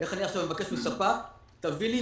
איך אני עכשיו מבקש מספק: תביא לי,